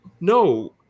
no